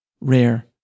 rare